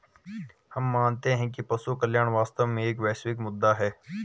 हम मानते हैं कि पशु कल्याण वास्तव में एक वैश्विक मुद्दा है